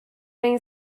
این